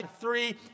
three